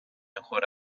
mejor